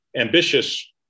ambitious